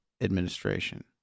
administration